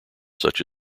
such